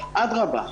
אדרבה.